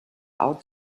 out